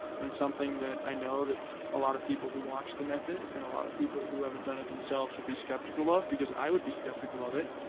and something that i know that a lot of people who watch the method and a lot of people who haven't done it themselves will be skeptical of, because i would be skeptical of it.